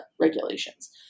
regulations